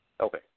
Okay